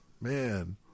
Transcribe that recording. man